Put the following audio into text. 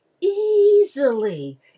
easily